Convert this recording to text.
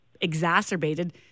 exacerbated